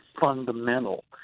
fundamental